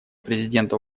президента